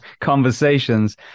conversations